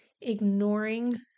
ignoring